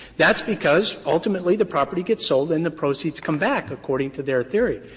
that's because ultimately, the property gets sold and the proceeds come back according to their theory.